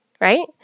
right